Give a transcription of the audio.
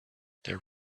there